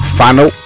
final